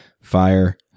Fire